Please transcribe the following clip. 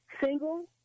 Single